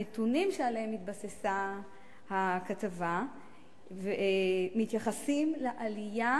הנתונים שעליהם התבססה הכתבה מתייחסים לעלייה